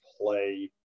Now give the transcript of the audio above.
play